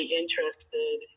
interested